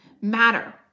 matter